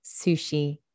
Sushi